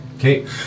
Okay